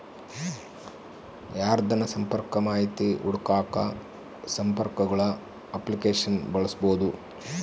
ಯಾರ್ದನ ಸಂಪರ್ಕ ಮಾಹಿತಿ ಹುಡುಕಾಕ ಸಂಪರ್ಕಗುಳ ಅಪ್ಲಿಕೇಶನ್ನ ಬಳಸ್ಬೋದು